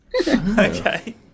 Okay